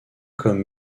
comme